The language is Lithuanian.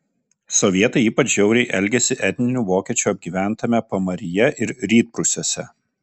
sovietai ypač žiauriai elgėsi etninių vokiečių apgyventame pamaryje ir rytprūsiuose